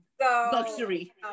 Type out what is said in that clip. luxury